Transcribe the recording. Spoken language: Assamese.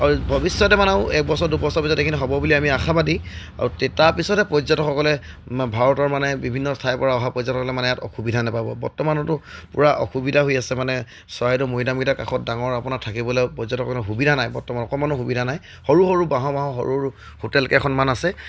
আৰু ভৱিষ্যতে মানে এবছৰ দুবছৰ পিছত এইখিনি হ'ব বুলি আমি আশাবাদী আৰু তাৰপিছতে পৰ্যটকসকলে ভাৰতৰ মানে বিভিন্ন ঠাইৰ পৰা অহা পৰ্যটকসকলে মানে ইয়াত অসুবিধা নাপাব বৰ্তমানতো পুৰা অসুবিধা হৈ আছে মানে চৰাইদেউ মৈদামকেইটাৰ কাষত ডাঙৰ আপোনাৰ থাকিবলৈ পৰ্যটকসকলৰ সুবিধা নাই বৰ্তমান অকণমানো সুবিধা নাই সৰু সৰু বাঁহ বাঁহ সৰু সৰু হোটেল কেইখনমান আছে